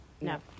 No